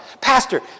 Pastor